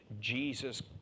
Jesus